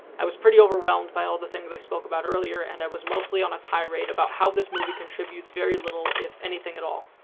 i was pretty overwhelmed by all the things i spoke about earlier and i was mostly on a tirade about how this movie contributes very little, if anything at all.